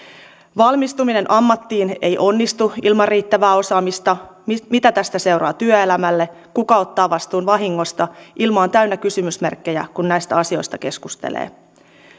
valmistuminen ammattiin ei onnistu ilman riittävää osaamista mitä tästä seuraa työelämälle kuka ottaa vastuun vahingosta ilma on täynnä kysymysmerkkejä kun näistä asioista keskustelee